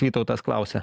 vytautas klausia